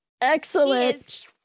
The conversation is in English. Excellent